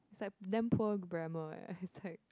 it's like damn poor grammar eh it's like